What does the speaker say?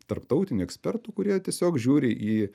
tarptautinių ekspertų kurie tiesiog žiūri į